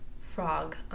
frog